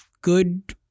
good